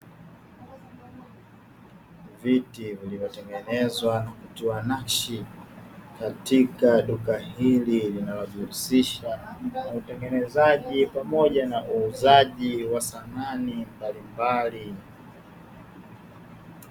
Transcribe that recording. Viti vilivyotengenezwa na kutiwa nakshi katika duka hili, linalojihusisha na utengenezaji pamoja na uuzaji wa samani mbalimbali.